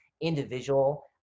individual